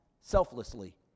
selflessly